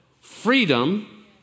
Freedom